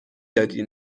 دادی